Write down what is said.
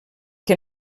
que